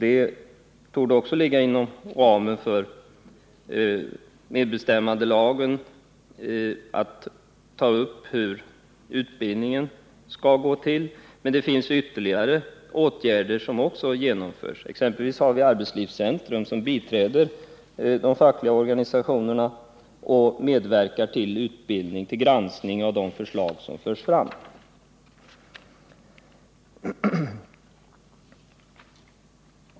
Det borde ligga inom ramen för medbestämmandelagen att ange hur utbildningen skall gå till. Ytterligare åtgärder har vidtagits. Vi har exempelvis arbetslivscentrum, som biträder de fackliga organisationerna och som medverkar i granskningen av de förslag som förs fram.